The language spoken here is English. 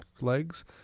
legs